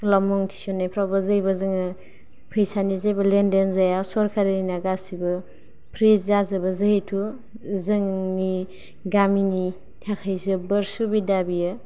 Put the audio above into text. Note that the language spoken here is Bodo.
स्कुलाव मुं थिसंनायफ्रावबो जेबो जोंङो पैसानि जेबो लेन देन जाया सरकारि ना गासिबो फ्रि जाजोबो जेहैतु जोंनि गामिनि थाखाय जोबोर सुबिदा बियो